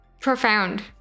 Profound